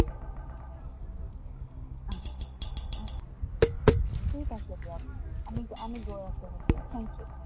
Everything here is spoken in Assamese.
অঁ অঁঁ অঁ ঠিক আছে দিয়ক আমি গৈ আমি গৈ আছোঁ নিশ্চয় ঠেংক ইউ